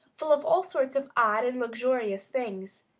full of all sorts of odd and luxurious things.